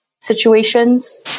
situations